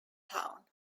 town